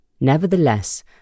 Nevertheless